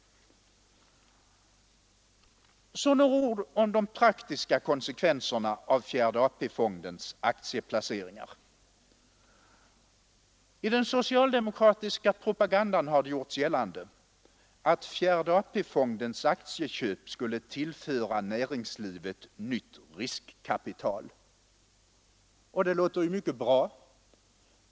Så några ord om de praktiska konsekvenserna av fjärde AP-fondens aktieplaceringar. I den socialdemokratiska propagandan har det gjorts gällande att fjärde AP-fondens aktieköp skulle tillföra näringslivet nytt riskkapital, och det låter mycket bra.